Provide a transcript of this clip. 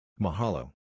Mahalo